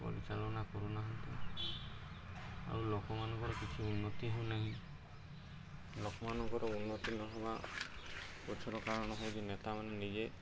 ପରିଚାଳନା କରୁନାହାନ୍ତି ଆଉ ଲୋକମାନଙ୍କର କିଛି ଉନ୍ନତି ହେଉନାହିଁ ଲୋକମାନଙ୍କର ଉନ୍ନତି ନହବା ପଛର କାରଣ ହେଉଛି ନେତାମାନେ ନିଜେ